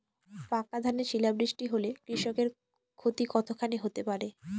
পাকা ধানে শিলা বৃষ্টি হলে কৃষকের ক্ষতি কতখানি হতে পারে?